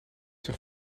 zich